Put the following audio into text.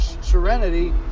serenity